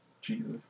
Jesus